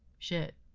shit,